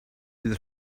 bydd